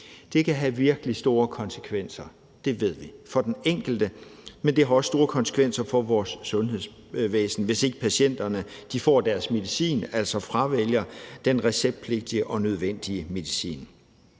Det kan have virkelig store konsekvenser – det ved vi – for den enkelte, men det har også store konsekvenser for vores sundhedsvæsen, hvis ikke patienterne får deres medicin, altså hvis de fravælger den receptpligtige og nødvendige medicin.